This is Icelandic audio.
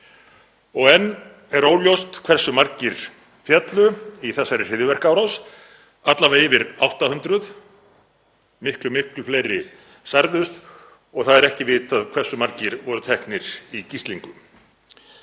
Enn er óljóst hversu margir féllu í þessari hryðjuverkaárás, alla vega yfir 800, miklu fleiri særðust og það er ekki vitað hversu margir voru teknir í gíslingu.